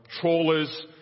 trawlers